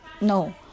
No